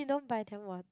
don't buy them one